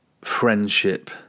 friendship